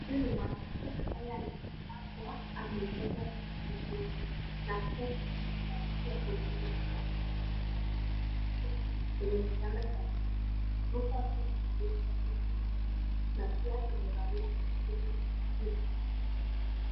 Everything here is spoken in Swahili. Huyu ni mwanamke ambaye anaonekana ametoka kujifungua, na ako katika harakati ya kumshughulikia mtoto wake ambaye amelazwa kwenye kitanda cha watoto, huku akiwa amevalia shati nyeusi na pia amevalia kofia ya rangi ya kahawia.